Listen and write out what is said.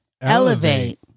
elevate